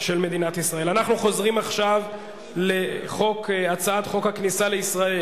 אנחנו שוב נתקלים במתכונת של הצבעה אוטומטית.